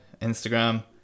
instagram